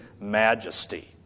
majesty